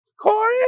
Corey